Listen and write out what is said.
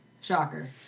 Shocker